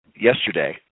yesterday